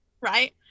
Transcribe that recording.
Right